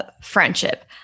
friendship